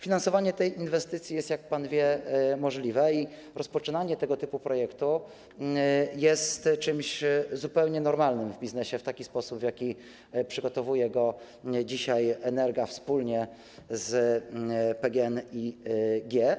Finansowanie tej inwestycji jest, jak pan wie, możliwe i rozpoczynanie tego typu projektu jest czymś zupełnie normalnym w biznesie w taki sposób, w jaki przygotowuje go dzisiaj Energa wspólnie z PGNiG.